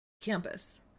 campus